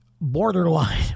borderline